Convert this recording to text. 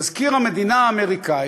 מזכיר המדינה האמריקני